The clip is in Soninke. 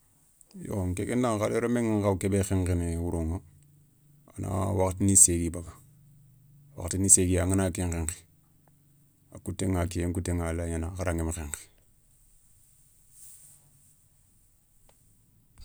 Yo nke ke daηa hadama remme nga khawa ké bé khenkhéné wouroηa a na wakhatini ségui baga, wakhatini ségui angana ken nkhenkhé a koutéηa kiyen kouteηa a laya gnana hara ngama khenkhé.